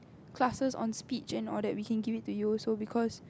classes on speech and all that we can give it to you also because